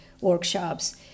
workshops